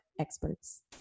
experts